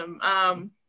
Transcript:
awesome